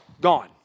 Gone